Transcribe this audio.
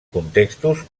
contextos